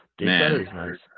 Man